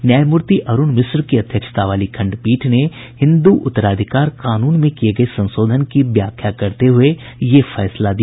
न्यायमूर्ति अरुण मिश्र की अध्यक्षता वाली खंडपीठ ने हिन्दू उत्तराधिकार कानून में किये गये संशोधन की व्याख्या करते हुए यह फैसला दिया